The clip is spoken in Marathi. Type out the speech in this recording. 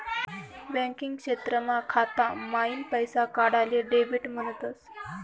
बँकिंग क्षेत्रमा खाता माईन पैसा काढाले डेबिट म्हणतस